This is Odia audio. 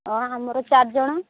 ହ ଆମର ଚାରି ଜଣ